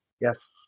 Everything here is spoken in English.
Yes